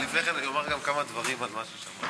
אבל לפני כן אני אומר גם כמה דברים על מה ששמעתי.